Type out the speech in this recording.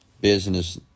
business